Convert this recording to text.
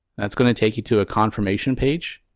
that's going to take you to a confirmation page.